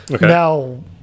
Now